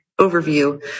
overview